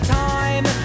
time